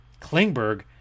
Klingberg